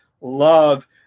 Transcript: love